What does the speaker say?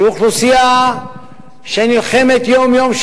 שהיא אוכלוסייה שנלחמת יום-יום,